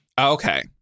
Okay